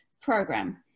program